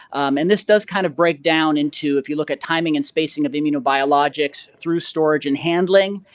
um and this does kind of break down into if you look at timing and spacing of immuno biologics through storage and handling,